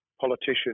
politician